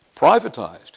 privatised